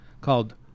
called